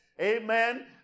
amen